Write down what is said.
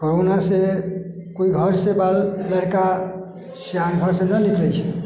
कोरोनासँ केओ घरसँ बाहर लड़का साल भरसँ नहि निकलैत छै